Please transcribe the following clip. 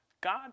God